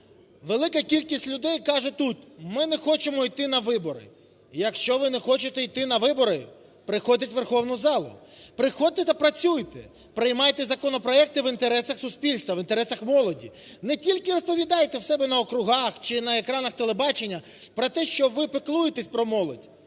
Велика кількість людей каже тут: "Ми не хочемо йти на вибори". Якщо ви не хочете йти на вибори, приходьте в Верховну Раду. Приходьте та працюйте, приймайте законопроекти в інтересах суспільства, в інтересах молоді. Не тільки розповідайте в себе на округах чи на екранах телебачення про те, що ви піклуєтесь про молодь.